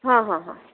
हा हा हा